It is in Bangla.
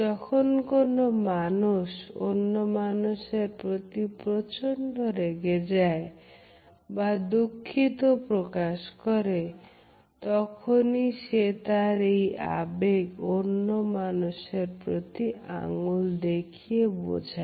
যখন কোন মানুষ অন্য মানুষের প্রতি প্রচন্ড রেগে যায় বা দুঃখিত প্রকাশ করে তখনই সে তার এই আবেগ অন্য মানুষদের প্রতি আঙুল দেখিয়ে বোঝায়